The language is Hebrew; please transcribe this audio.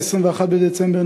21 בדצמבר,